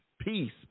Peace